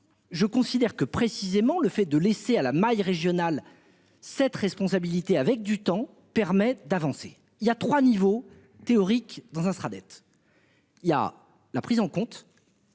Je considère que précisément le fait de laisser à la maille régionale cette responsabilité avec du temps permettent d'avancer. Il y a trois niveaux théoriques dans un sera dettes. Il y a la prise en compte.